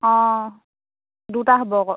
অঁ দুটা হ'ব আকৌ